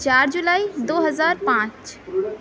چار جولائی دو ہزار پانچ